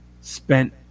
spent